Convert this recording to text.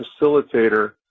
facilitator